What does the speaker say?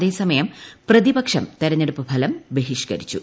അതേസമയം പ്രതിപക്ഷം തെരഞ്ഞെടുപ്പ് ഫലം ബഹിഷ്കരിച്ചു